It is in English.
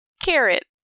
carrot